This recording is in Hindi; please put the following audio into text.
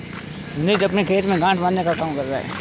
रंजीत अपने खेत में गांठ बांधने का काम कर रहा है